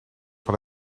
van